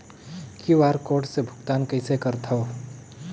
QR code से भुगतान कइसे करथव?